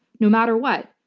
no matter what,